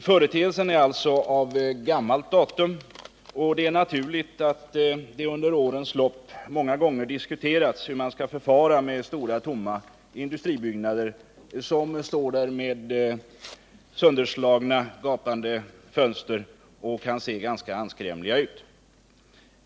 Företeelsen är alltså av gammalt datum, och det är naturligt att det under årens lopp många gånger diskuterats hur man skall förfara med stora, tomma industribyggnader, som står där med sönderslagna, gapande fönsterrutor och kan se ganska anskrämliga ut.